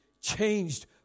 changed